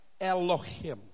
Elohim